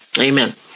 Amen